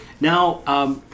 now